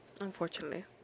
Unfortunately